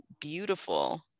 beautiful